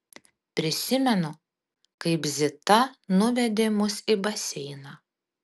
prisimenu kaip zita nuvedė mus į baseiną